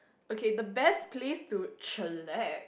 okay the best place to chillax